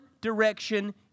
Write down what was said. direction